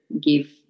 give